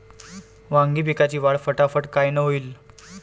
वांगी पिकाची वाढ फटाफट कायनं होईल?